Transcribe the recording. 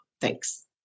Thanks